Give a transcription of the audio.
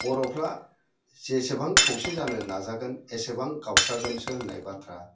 बर'फ्रा जेसेबां खौसे जानो नाजागोन एसेबां गावस्रागोनसो होननाय बाथ्रा